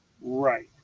Right